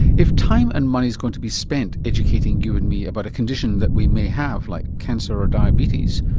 if time and money's going to be spent educating you and me about a condition that we may have like cancer or diabetes,